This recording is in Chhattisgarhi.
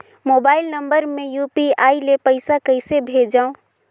मोबाइल नम्बर मे यू.पी.आई ले पइसा कइसे भेजवं?